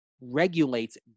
regulates